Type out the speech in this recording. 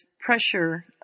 pressure